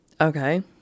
Okay